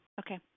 Okay